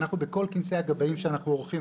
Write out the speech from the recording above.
אנחנו בכל כנסי הגבאים שאנחנו עורכים,